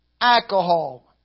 alcohol